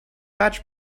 batch